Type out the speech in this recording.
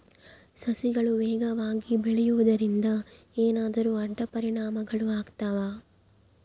ಸಸಿಗಳು ವೇಗವಾಗಿ ಬೆಳೆಯುವದರಿಂದ ಏನಾದರೂ ಅಡ್ಡ ಪರಿಣಾಮಗಳು ಆಗ್ತವಾ?